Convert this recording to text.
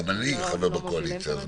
גם אני חבר בקואליציה.